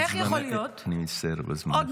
גלית, אני מצטער אבל זמנך עבר.